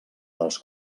dels